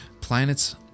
planets